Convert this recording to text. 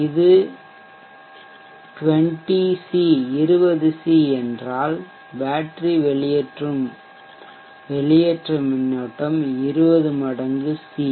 இது 20 சி என்றால் பேட்டரி வெளியேற்றும் வெளியேற்ற மின்னோட்டம் 20 மடங்கு சி